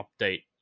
update